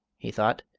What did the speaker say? he thought.